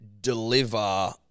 deliver